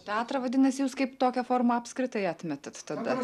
teatrą vadinasi jūs kaip tokią formą apskritai atmet tada